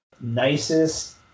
nicest